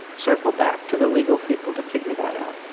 circle back to the legal people to figure that out.